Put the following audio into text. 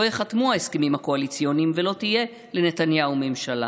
לא ייחתמו ההסכמים הקואליציוניים ולא תהיה לנתניהו ממשלה.